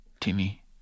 Timmy